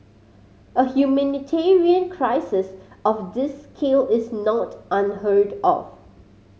a humanitarian crisis of this scale is not unheard of